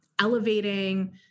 elevating